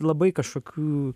labai kažkokių